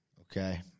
okay